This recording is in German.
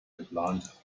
geplant